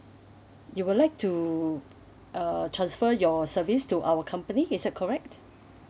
you would like to uh transfer your service to our company is that correct